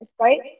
right